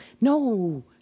No